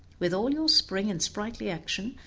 with all your spring and sprightly action,